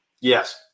Yes